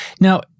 Now